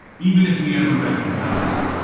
even if we ever reconciled that,